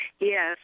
Yes